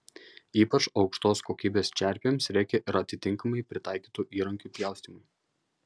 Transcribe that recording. ypač aukštos kokybės čerpėms reikia ir atitinkamai pritaikytų įrankių pjaustymui